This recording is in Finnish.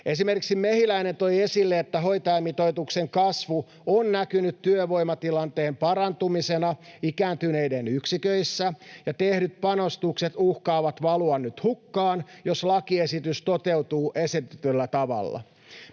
Esimerkiksi Mehiläinen toi esille, että hoitajamitoituksen kasvu on näkynyt työvoimatilanteen parantumisena ikääntyneiden yksiköissä ja tehdyt panostukset uhkaavat valua nyt hukkaan, jos lakiesitys toteutuu esitetyllä tavalla.